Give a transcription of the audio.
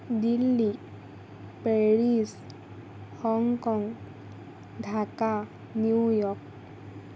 Delhi Paris Hong Kong Dhaka New York